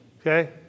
Okay